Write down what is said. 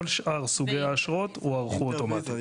כל שאר סוגי האשרות הוארכו אוטומטית.